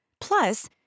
Plus